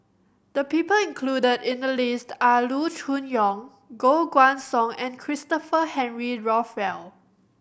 the people included in the list are Loo Choon Yong Koh Guan Song and Christopher Henry Rothwell